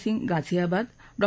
Singh Ghaziabad Dr